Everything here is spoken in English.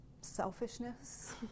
selfishness